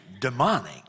demonic